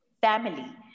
family